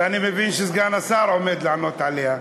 שאני מבין שסגן השר עומד לענות עליה,